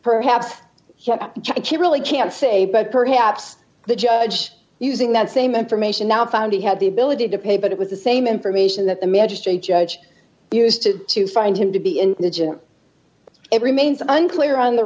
perhaps really can't say but perhaps the judge using that same information now found he had the ability to pay but it was the same information that the magistrate judge used to to find him to be in the gym it remains unclear on the